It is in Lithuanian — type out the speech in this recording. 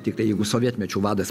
tiktai jeigu sovietmečiu vadas